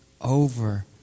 over